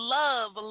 love